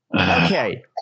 Okay